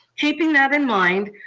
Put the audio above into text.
keeping that in mind,